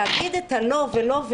לא חכמה להגיד לא ולא.